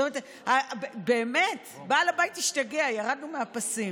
באמת, בעל הבית השתגע, ירדנו מהפסים.